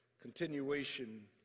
continuation